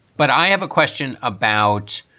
but i have a question about,